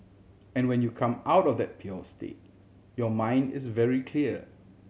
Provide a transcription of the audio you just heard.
and when you come out of that pure state your mind is very clear